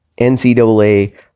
ncaa